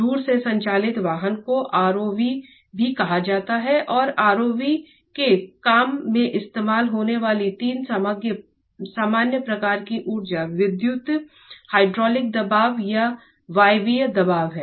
दूर से संचालित वाहन को ROV भी कहा जाता है और ROV के काम में इस्तेमाल होने वाली 3 सामान्य प्रकार की ऊर्जा विद्युत हाइड्रोलिक दबाव या वायवीय दबाव है